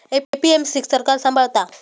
APMC क सरकार सांभाळता